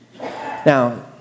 Now